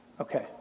Okay